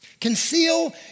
Conceal